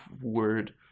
word